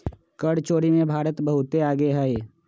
कर चोरी में भारत बहुत आगे हई